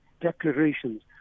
declarations